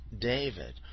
David